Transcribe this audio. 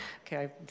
Okay